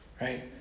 right